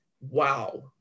wow